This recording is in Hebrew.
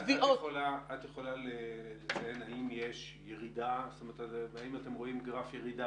את יכולה לציין האם אתם רואים גרף ירידה